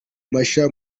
mashya